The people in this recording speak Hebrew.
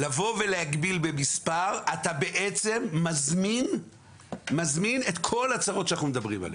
לבוא ולהגביל במספר אתה בעצם מזמין את כל הצרות שאנחנו מדברים עליהן.